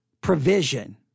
provision